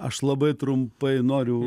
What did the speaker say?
aš labai trumpai noriu